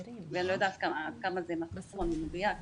אני לא יודעת כמה זה מדויק,